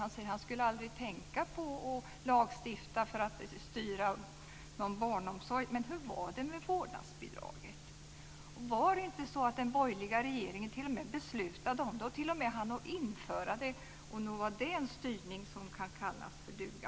Han sade att han aldrig skulle tänka på att lagstifta för att styra någon barnomsorg. Men hur var det med vårdnadsbidraget? Beslutade inte den borgerliga regeringen om det? Den hann t.o.m. införa det. Nog var det en styrning som heter duga.